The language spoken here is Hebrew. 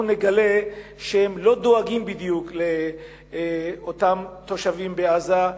אנחנו נגלה שהם לא דואגים בדיוק לאותם תושבים בעזה,